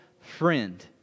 friend